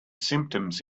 symptoms